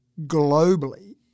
globally